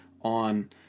on